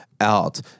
out